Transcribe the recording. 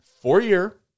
Four-year